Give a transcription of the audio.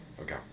Okay